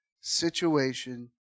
situation